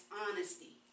honesty